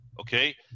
okay